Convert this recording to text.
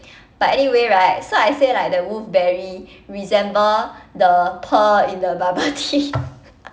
but anyway right so I say like the wolfberry resemble the pearl in the bubble tea